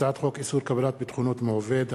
הצעת חוק איסור קבלת ביטחונות מעובד,